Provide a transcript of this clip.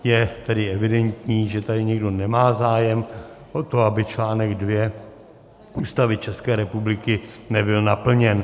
Je tedy evidentní, že tady nikdo nemá zájem o to, aby článek 2 Ústavy České republiky nebyl naplněn.